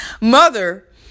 Mother